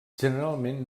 generalment